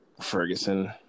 Ferguson